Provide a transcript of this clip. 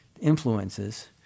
influences